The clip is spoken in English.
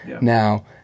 now